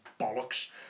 bollocks